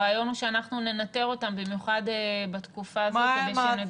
הרעיון הוא שאנחנו ננטר אותם במיוחד בתקופה הזאת כדי שנדע את המענים.